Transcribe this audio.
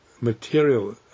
material